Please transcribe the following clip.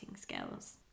skills